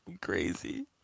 crazy